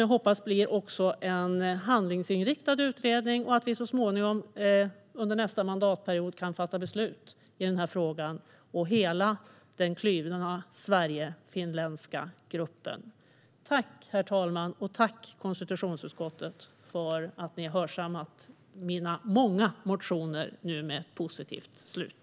Jag hoppas att den blir handlingsinriktad och att vi under nästa mandatperiod kan fatta beslut i frågan, för hela den kluvna sverigefinländska gruppen. Jag tackar konstitutionsutskottet för att man har hörsammat mina många motioner, som nu fått ett positivt slut.